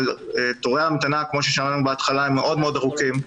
אבל תורי ההמתנה כפי ששמענו בהתחלה הם מאוד ארוכים,